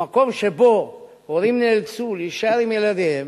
במקום שבו הורים נאלצו להישאר עם ילדיהם,